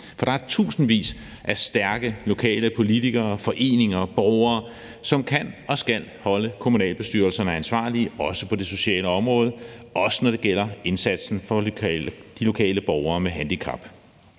For der er tusindvis af stærke lokale politikere, foreninger og borgere, som kan og skal holde kommunalbestyrelserne ansvarlige, også på det sociale område, også når det gælder indsatsen for de lokale borgere med handicap.